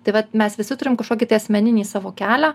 tai va mes visi turim kažkokį tai asmeninį savo kelią